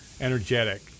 energetic